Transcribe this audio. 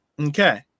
Okay